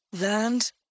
Land